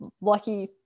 lucky